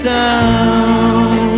down